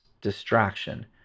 distraction